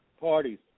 parties